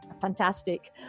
fantastic